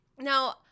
Now